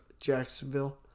Jacksonville